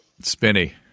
spinny